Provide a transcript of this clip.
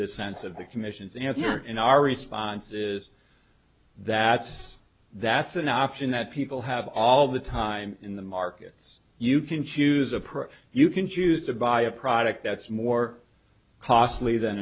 the sense of the commissions and if you're in our responses that says that's an option that people have all the time in the markets you can choose approach you can choose to buy a product that's more costly than